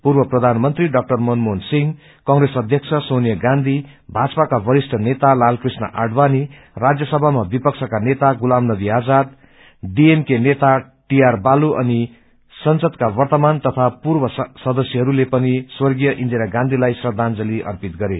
पूर्व प्रधानमंत्री ड़ा मनमोहन सिंह कंप्रेस अध्यक्ष सोनिया गांधी भाजपका वरिष्ठ नेता लालकृष्ण आड़वाणी राज्यभामा विपक्षका नेता गुलाम नवी आजाद डीएमके नेता टिआर बालू अनि संसदका वर्तमान तथा पूर्व सदस्यहरूले पनि स्वर्गीय इन्दिरागांधीलाई रदांली अर्पित गरे